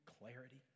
clarity